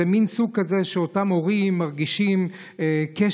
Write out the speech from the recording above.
זה מין סוג כזה שאותם הורים מרגישים קשר,